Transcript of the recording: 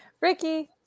Ricky